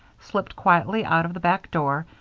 slipped quietly out of the back door,